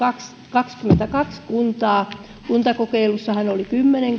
kaksikymmentäkaksi kuntaa kuntakokeilussahan oli kymmenen